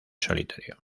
solitario